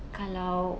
kalau